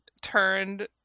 turned